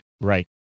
right